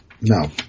No